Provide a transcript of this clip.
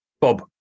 Bob